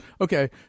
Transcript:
Okay